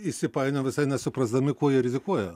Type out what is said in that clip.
įsipainiojo visai nesuprasdami kuo jie rizikuoja